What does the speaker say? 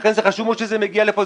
לכן זה חשוב מאוד שזה מגיע לכאן.